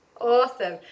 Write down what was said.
awesome